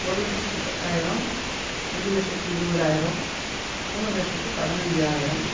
ஒரு லட்சத்தி பத்தாயிரம் அஞ்சு லட்சத்தி இருபதாயிரம் மூணு லட்சத்தி பதினஞ்சாயிரம்